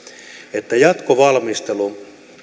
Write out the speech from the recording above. että jatkovalmistelu